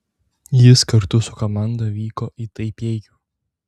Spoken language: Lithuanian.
jis kartu su komanda vyko į taipėjų